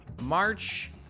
March